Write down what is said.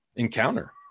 encounter